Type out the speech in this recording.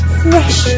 fresh